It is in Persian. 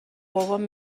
بابام